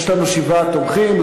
שבעה תומכים,